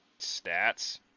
stats